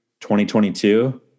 2022